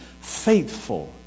faithful